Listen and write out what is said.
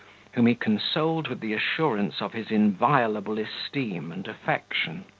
whom he consoled with the assurance of his inviolable esteem and affection.